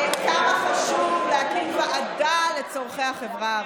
כמה חשוב להקים ועדה לצורכי החברה הערבית.